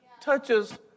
touches